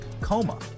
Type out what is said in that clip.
coma